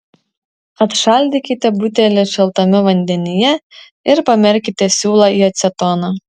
atšaldykite butelį šaltame vandenyje ir pamerkite siūlą į acetoną